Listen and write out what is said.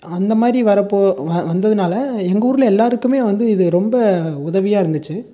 அந்தமாதிரி வரப்போ வந்ததினால எங்கள் ஊரில் எல்லோருக்குமே வந்து இது ரொம்ப உதவியாக இருந்துச்சு